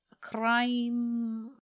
crime